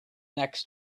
next